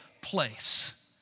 place